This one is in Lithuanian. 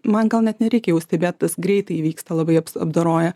man gal net nereikia jausti bet tas greitai įvyksta labai apdoroja